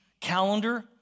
calendar